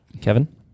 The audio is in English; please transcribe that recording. Kevin